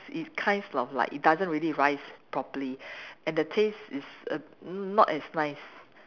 it kinds of like it doesn't really rise properly and the taste is err not as nice